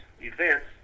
events